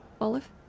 Olive